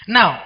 Now